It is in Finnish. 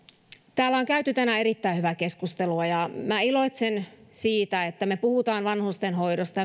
täällä on käyty tänään erittäin hyvää keskustelua ja minä iloitsen siitä että me puhumme vanhustenhoidosta